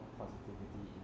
positivity